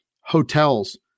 hotels